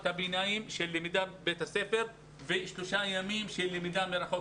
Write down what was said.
הביניים יומיים למידה בבית הספר ושלושה ימים למידה מרחוק.